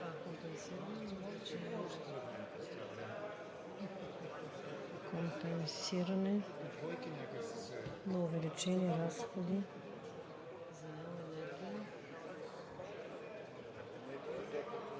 компенсиране на увеличените разходи